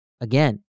Again